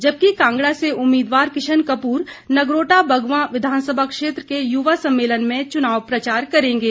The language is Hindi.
जबकि कांगड़ा से उम्मीदवार किशन कपूर नगरोट बगवां विधानसभा क्षेत्र के युवा सम्मेलन में चुनाव प्रचार करेंगें